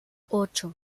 ocho